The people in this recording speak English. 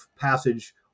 passage